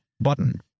Button